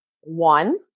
One